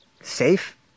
safe